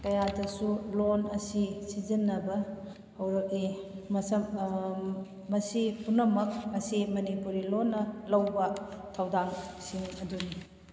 ꯀꯌꯥꯗꯁꯨ ꯂꯣꯟ ꯑꯁꯤ ꯁꯤꯖꯤꯟꯅꯕ ꯍꯧꯔꯛꯑꯦ ꯃꯁꯤ ꯄꯨꯝꯅꯃꯛ ꯑꯁꯤ ꯃꯅꯤꯄꯨꯔꯤ ꯂꯣꯟꯅ ꯂꯧꯕ ꯊꯧꯗꯥꯡꯁꯤꯡ ꯑꯗꯨꯅꯤ